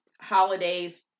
holidays